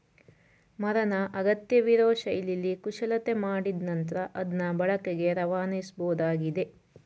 ಮರನ ಅಗತ್ಯವಿರೋ ಶೈಲಿಲಿ ಕುಶಲತೆ ಮಾಡಿದ್ ನಂತ್ರ ಅದ್ನ ಬಳಕೆಗೆ ರವಾನಿಸಬೋದಾಗಿದೆ